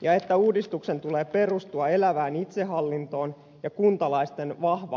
ja että uudistuksen tulee perustua elävään itsehallintoon ja kuntalaisten vahvaan osallisuuteen